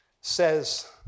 Says